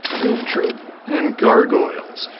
goof troop, and gargoyles.